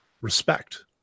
respect